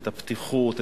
את הפתיחות,